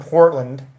Portland